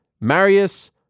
Marius